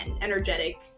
energetic